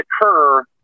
occur